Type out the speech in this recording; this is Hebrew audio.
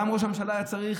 גם ראש הממשלה היה צריך,